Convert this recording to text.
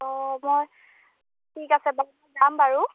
অঁ মই ঠিক আছে বাৰু মই যাম বাৰু